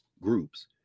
groups